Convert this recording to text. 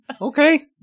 Okay